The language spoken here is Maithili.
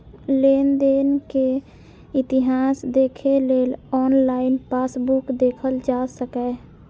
लेनदेन के इतिहास देखै लेल ऑनलाइन पासबुक देखल जा सकैए